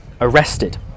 arrested